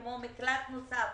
כמו מקלט נוסף.